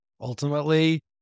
Ultimately